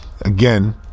Again